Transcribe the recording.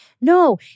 No